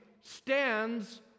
stands